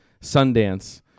Sundance